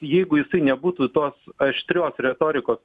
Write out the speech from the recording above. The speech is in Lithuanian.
jeigu jisai nebūtų tos aštrios retorikos